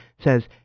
says